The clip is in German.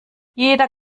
jeder